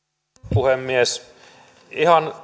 puhemies ihan